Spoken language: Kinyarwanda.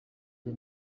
jye